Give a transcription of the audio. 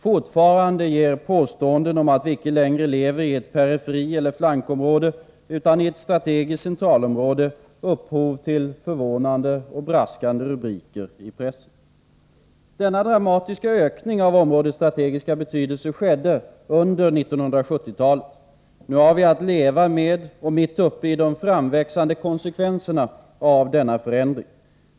Fortfarande ger påståenden om att vi icke längre lever i ett periferieller flankområde, utan i ett strategiskt centralområde, upphov till förvånade och braskande rubriker i pressen. Denna dramatiska ökning av områdets strategiska betydelse skedde under 1970-talet. Nu har vi att leva med, och mitt uppe i, de framväxande konsekvenserna av denna förändring.